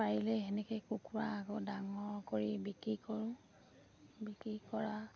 পাৰিলে সেনেকে কুকুৰা আকৌ ডাঙৰ কৰি বিক্ৰী কৰোঁ বিক্ৰী কৰা